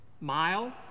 mile